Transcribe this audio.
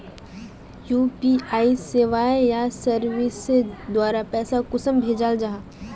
UPI सेवाएँ या services द्वारा पैसा कुंसम भेजाल जाहा?